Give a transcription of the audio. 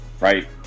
right